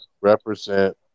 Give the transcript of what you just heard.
Represent